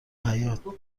حباط